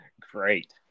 Great